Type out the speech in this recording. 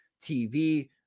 TV